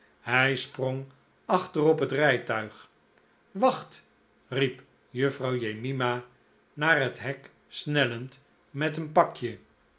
hij sprong achter op het rijtuig wacht riep juffrouw jemima naar het hek snellend met een pakje